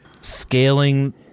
scaling